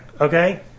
okay